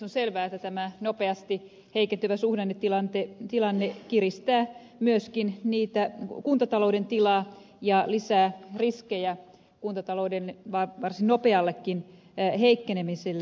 on selvää että tämä nopeasti heikentyvä suhdannetilanne kiristää myöskin kuntatalouden tilaa ja lisää riskejä kuntatalouden varsin nopeallekin heikkenemiselle